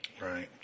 Right